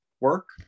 work